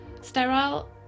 sterile